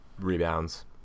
rebounds